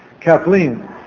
Kathleen